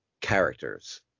characters